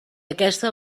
aquesta